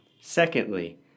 Secondly